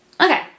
Okay